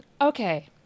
Okay